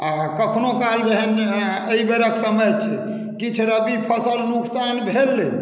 आ कखनो काल जेहन एहि बेरक समय छै किछु रब्बी फसल नोकसान भेलै